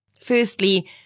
Firstly